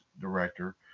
director